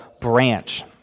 branch